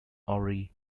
awry